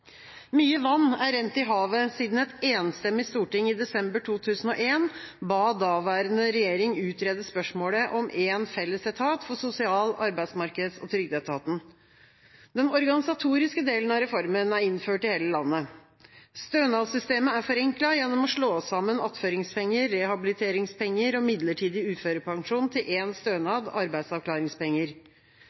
Mye vann er rent i havet siden et enstemmig storting i desember 2001 ba daværende regjering utrede spørsmålet om én felles etat for sosial-, arbeidsmarkeds- og trygdeetaten. Den organisatoriske delen av reformen er innført i hele landet. Stønadssystemet er forenklet gjennom å slå sammen attføringspenger, rehabiliteringspenger og midlertidig uførepensjon til én stønad, arbeidsavklaringspenger.